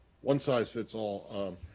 one-size-fits-all